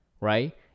right